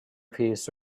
piece